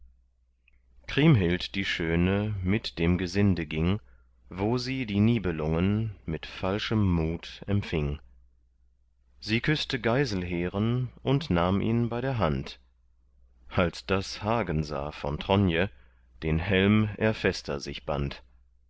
kriemhild die schöne mit dem gesinde ging wo sie die nibelungen mit falschem mut empfing sie küßte geiselheren und nahm ihn bei der hand als das hagen sah von tronje den helm er fester sich band